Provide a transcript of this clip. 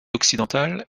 occidentale